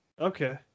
Okay